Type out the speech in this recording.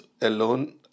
alone